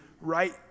right